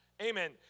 Amen